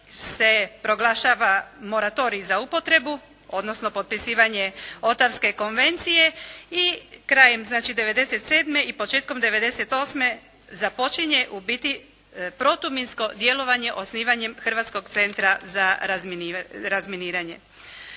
se proglašava moratorij za upotrebu, odnosno potpisivanje Otawske konvencije i krajem znači 97. i početkom 98. započinje u biti protuminsko djelovanje osnivanjem Hrvatskog centra za razminiranje.